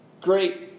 Great